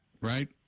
Right